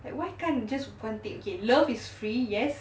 like why can't you just love is free yes